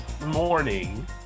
morning